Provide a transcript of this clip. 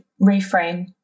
reframe